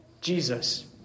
Jesus